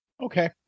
Okay